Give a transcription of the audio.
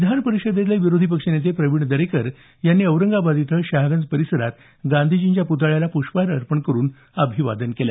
विधान परिषदेचे विरोधी पक्षनेते प्रविण दरेकर यांनी औरंगाबाद इथं शहागंज परिसरात गांधीजींच्या पुतळ्याला पुष्पहार अर्पण करुन अभिवादन केलं